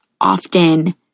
often